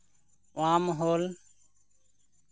worm hole